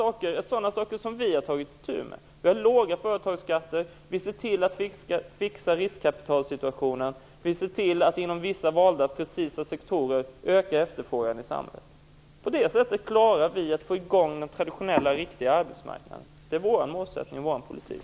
Det är sådana saker som vi har tagit itu med. Vi har låga företagsskatter. Vi ser till att fixa riskkapitalsituationen. Vi ser till att inom vissa valda sektorer öka efterfrågan i samhället. På det sättet klarar vi att få i gång den traditionella, riktiga arbetsmarknaden. Det är vår målsättning och vår politik.